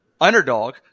underdog